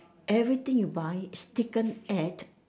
everything you buy is taken at